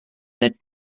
that